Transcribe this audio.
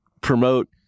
promote